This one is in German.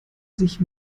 sich